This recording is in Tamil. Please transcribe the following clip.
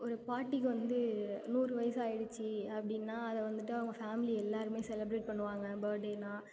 ஒரு பாட்டிக்கு வந்து நூறு வயசு ஆகிடுச்சி அப்படின்னா அதை வந்துவிட்டு அவங்க ஃபேம்லி எல்லோருமே செலிப்ரெட் பண்ணுவாங்க பர்த்டேன்னா